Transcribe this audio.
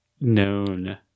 known